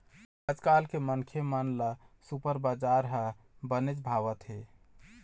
आजकाल के मनखे मन ल सुपर बजार ह बनेच भावत हे